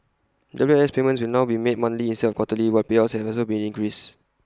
W I S payments will now be made monthly instead of quarterly while payouts have also been increased